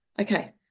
okay